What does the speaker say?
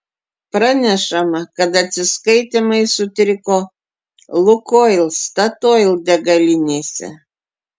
pranešama kad atsiskaitymai sutriko lukoil statoil degalinėse